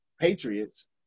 Patriots